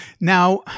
Now